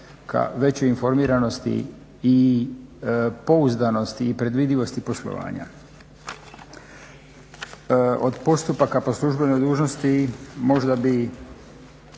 ka većoj informiranosti i pouzdanosti i predvidivosti poslovanja. Od postupaka po službenoj dužnosti možda bi,